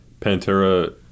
Pantera